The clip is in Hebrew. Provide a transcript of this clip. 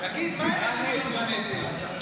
תגיד, מה עם השוויון בנטל?